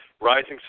rising